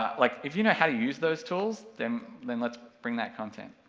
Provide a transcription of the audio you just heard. um like, if you know how to use those tools, then then let's bring that content.